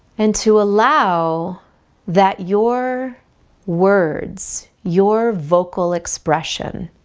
and to allow that your words your vocal expression,